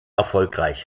erfolgreich